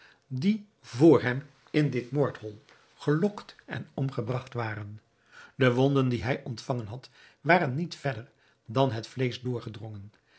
die vr hem in dit moordhol gelokt en omgebragt waren de wonden die hij ontvangen had waren niet verder dan het vleesch doorgedrongen